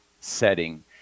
setting